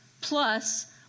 plus